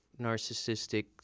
narcissistic